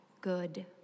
good